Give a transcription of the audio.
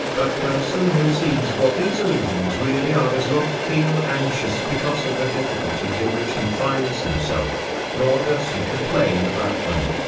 a person who sees what these illusions really are does not feel anxious because of the difficulties in which he finds himself, nor does he complain about them.